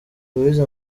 louise